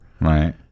right